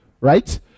right